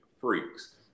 freaks